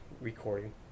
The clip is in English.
recording